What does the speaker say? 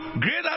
greater